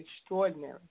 extraordinary